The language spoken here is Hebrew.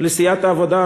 לסיעת העבודה,